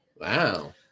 Wow